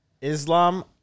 Islam